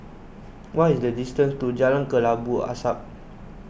what is the distance to Jalan Kelabu Asap